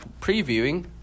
previewing